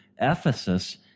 ephesus